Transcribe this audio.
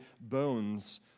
bones